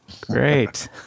Great